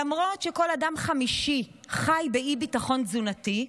למרות שכל אדם חמישי חי באי-ביטחון תזונתי,